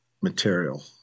material